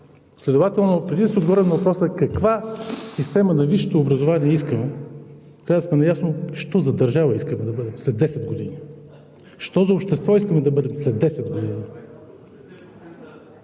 Следователно преди да си отговорим на въпроса каква система на висшето образование искаме, трябва да сме наясно що за държава искаме да бъдем след десет години, що за общество искаме да бъдем след десет години.